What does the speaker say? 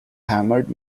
hammered